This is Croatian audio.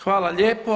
Hvala lijepo.